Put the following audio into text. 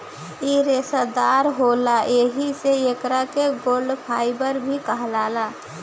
इ रेसादार होला एही से एकरा के गोल्ड फाइबर भी कहाला